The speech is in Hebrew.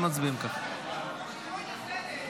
שינו את הסדר.